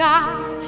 God